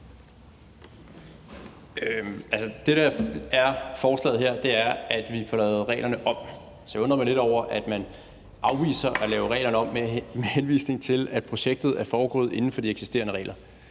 Det, der er forslaget her, er, at vi får lavet reglerne om. Så jeg undrer mig lidt over, at man afviser at lave reglerne om, med henvisning til at projektet er foregået inden for de eksisterende regler.